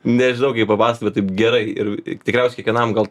nežinau kaip papasakot bet taip gerai ir tikriausiai kiekvienam gal